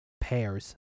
pairs